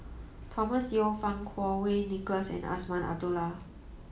Thomas Yeo Fang Kuo Wei Nicholas and Azman Abdullah